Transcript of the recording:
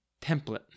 template